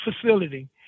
facility